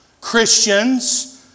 Christians